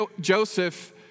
Joseph